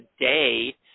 today